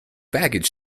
baggage